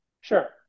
Sure